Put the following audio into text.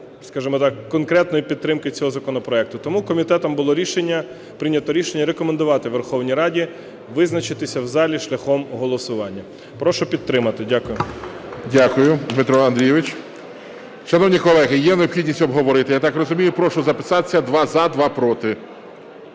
конкретної підтримки цього законопроекту. Тому комітетом було прийнято рішення рекомендувати Верховній Раді визначитися в залі шляхом голосування. Прошу підтримати. Дякую. ГОЛОВУЮЧИЙ. Дякую, Дмитро Андрійович. Шановні колеги, є необхідність обговорити, я так розумію. Прошу записатися: два – за, два – проти.